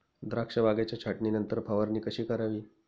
द्राक्ष बागेच्या छाटणीनंतर फवारणी कशी करावी?